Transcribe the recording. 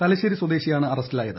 തലശ്ശേരി സ്വദേശിയാണ് അറസ്റ്റിലായത്